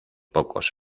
pocos